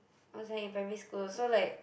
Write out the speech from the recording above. I was like in primary school so like